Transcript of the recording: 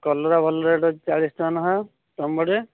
କଲରା ଭଲ ରେଟ୍ ଅଛି ଚାଳିଶ ଟଙ୍କା ଲେଖାଏଁ ତୁମ ପଟେ